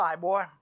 boy